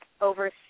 over